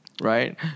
right